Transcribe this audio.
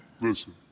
listen